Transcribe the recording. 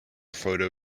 photo